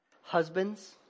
Husbands